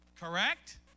Correct